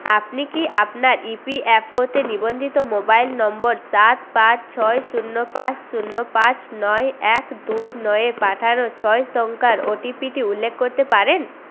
আপনি কি আপনার ইপিএফও তে নিবন্ধিত মোবাইল নম্বর সাত পাঁচ ছয় শূন্য পাঁচ শূন্য পাঁচ নয় এক দুই নয় এ পাঠানো ছয় সংখ্যার ওটিপি টি উল্লেখ করতে পারেন